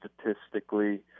statistically